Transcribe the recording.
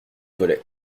volets